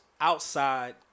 outside